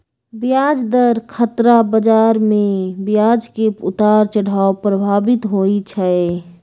ब्याज दर खतरा बजार में ब्याज के उतार चढ़ाव प्रभावित होइ छइ